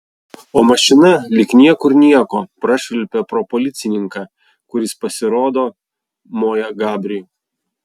o mašina lyg niekur nieko prašvilpė pro policininką kuris pasirodo moja gabriui